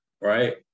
right